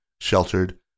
sheltered